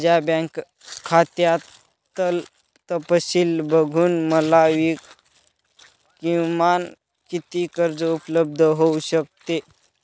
माझ्या बँक खात्यातील तपशील बघून मला किमान किती कर्ज उपलब्ध होऊ शकते?